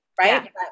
Right